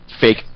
fake